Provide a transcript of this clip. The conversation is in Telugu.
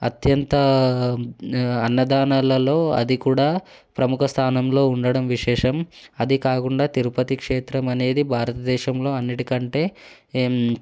అత్యంత అన్నదానాలలో అది కూడా ప్రముఖ స్థానంలో ఉండడం విశేషం అదికాకుండా తిరుపతి క్షేత్రం అనేది భారతదేశంలో అన్నిటికంటే